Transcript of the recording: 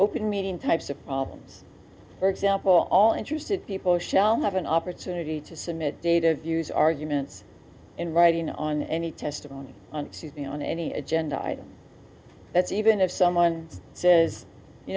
open meeting types of problems for example all interested people shall have an opportunity to submit data views arguments in writing on any testimony on any agenda item that's even if someone says you